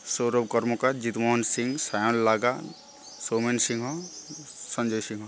Sourav Karmakar Jit Mohan Singh Sayan Laga Soumen Singha Sanjay Singh